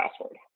password